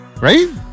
right